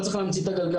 לא צריך להמציא את הגלגל.